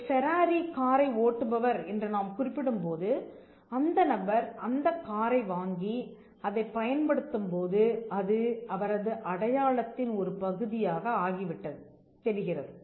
ஒரு ஃபெராரி காரை ஓட்டுபவர் என்று நாம் குறிப்பிடும் போது அந்த நபர் அந்தக் காரை வாங்கி அதைப் பயன்படுத்தும்போது அது அவரது அடையாளத்தின் ஒரு பகுதியாக ஆகி விட்டது தெரிகிறது